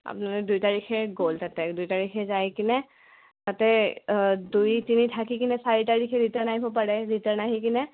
আপোনালোক দুই তাৰিখে গ'ল তাতে দুই তাৰিখে যাই কিনে তাতে দুই তিনি থাকি কিনে চাৰি তাৰিখে ৰিটাৰ্ণ আহিব পাৰে ৰিটাৰ্ণ আহি কিনে